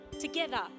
Together